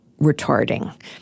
retarding